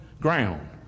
ground